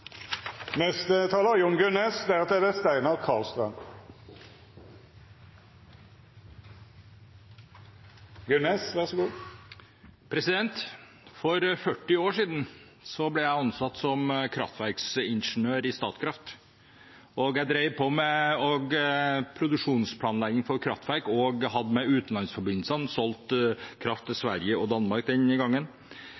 For 40 år siden ble jeg ansatt som kraftverksingeniør i Statkraft. Jeg drev med produksjonsplanlegging for kraftverk og hadde med utenlandsforbindelsene å gjøre – solgte kraft til